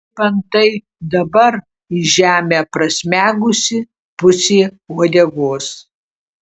kaip antai dabar į žemę prasmegusi pusė uodegos